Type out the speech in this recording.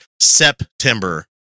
September